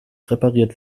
repariert